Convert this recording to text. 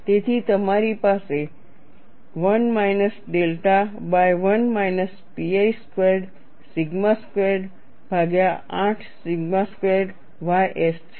તેથી તમારી પાસે 1 minus delta by 1 minus pi squared sigma squared ભાગ્યા 8 સિગ્મા સ્ક્વેરર્ડ ys છે